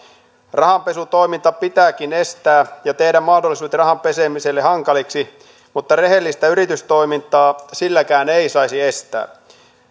rahanpesutoiminta pitääkin estää ja tehdä mahdollisuudet rahan pesemiselle hankaliksi mutta rehellistä yritystoimintaa ei saisi estää